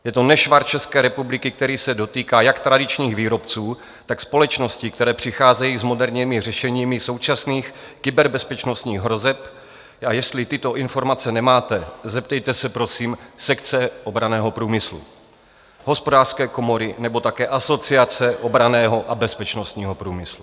Je to nešvar České republiky, který se dotýká jak tradičních výrobců, tak společností, které přicházejí s moderními řešeními současných kyberbezpečnostních hrozeb, a jestli tyto informace nemáte, zeptejte se, prosím, sekce obranného průmyslu, Hospodářské komory nebo také Asociace obranného a bezpečnostního průmyslu.